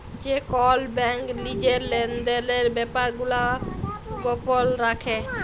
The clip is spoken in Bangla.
যে কল ব্যাংক লিজের লেলদেলের ব্যাপার গুলা গপল রাখে